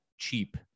cheap